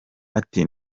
ati